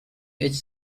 each